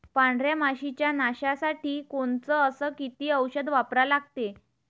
पांढऱ्या माशी च्या नाशा साठी कोनचं अस किती औषध वापरा लागते?